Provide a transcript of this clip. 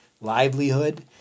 livelihood